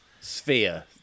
Sphere